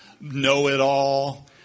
know-it-all